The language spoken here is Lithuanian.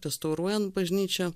restauruojant bažnyčią